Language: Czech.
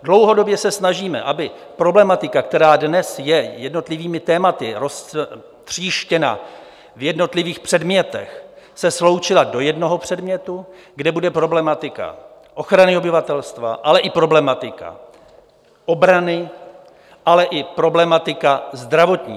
Dlouhodobě se snažíme, aby problematika, která je dnes jednotlivými tématy roztříštěna v jednotlivých předmětech, se sloučila do jednoho předmětu, kde bude problematika ochrany obyvatelstva, ale i problematika obrany, ale třeba i problematika zdravotní.